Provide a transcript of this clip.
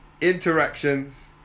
interactions